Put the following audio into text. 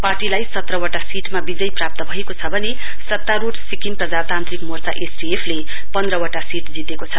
पार्टीलाई सत्रवटा सीटमा विजय प्राप्त भएको छ भने सत्तारुढ सिक्किम प्रजातान्त्रिक मोर्चा एसडिएफ ले पन्ध्रवटा सीट जितेको छ